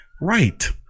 right